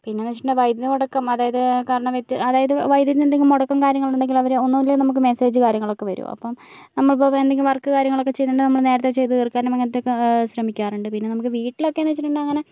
പിന്നേന്ന് വച്ചിട്ടുണ്ടെങ്കിൽ വൈദ്യുതി മുടക്കം അതായത് കറൻറ്റ് കട്ട് അതായത് വൈദ്യുതി എന്തെങ്കിലും മുടക്കം കാര്യങ്ങളുണ്ടെങ്കിലവര് ഒന്നൂല്ലേ നമുക്ക് മെസ്സേജ് കാര്യങ്ങളൊക്കെ വരും അപ്പം നമ്മളിപ്പോൾ എന്തെങ്കിലും വർക്ക് കാര്യങ്ങളൊക്കെ ചെയ്തിട്ടൊണ്ടെൽ നമ്മള് നേരത്തെ ചെയ്ത് തീർക്കാനും അങ്ങനത്തെയൊക്കെ ശ്രമിക്കാറുണ്ട് പിന്നെ നമുക്ക് വീട്ടിലക്കേന്ന് വച്ചിട്ടുണ്ടെൽ അങ്ങനെ